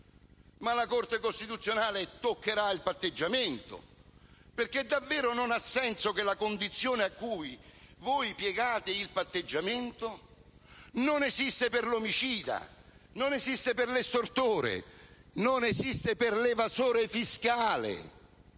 ma la Corte costituzionale toccherà il patteggiamento perché davvero non ha senso che la condizione a cui voi piegate il patteggiamento non esista per l'omicida, per l'estortore e per l'evasore fiscale.